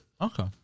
Okay